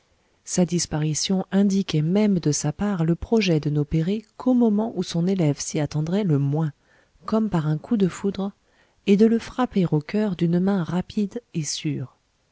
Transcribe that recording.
sa disparition indiquait même de sa part le projet de n'opérer qu'au moment où son élève s'y attendrait le moins comme par un coup de foudre et de le frapper au coeur d'une main rapide et sûre